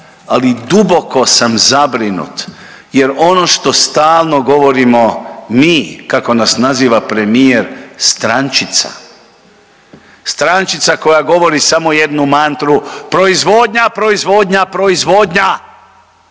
ali duboko sam zabrinut jer ono što stalno govorimo mi kako nas naziva premijer „strančica“, „strančica“ koja govori samo jednu mantru proizvodnja, proizvodnja, proizvodnja.